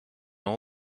all